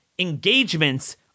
engagements